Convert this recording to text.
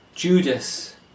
Judas